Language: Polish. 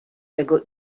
tego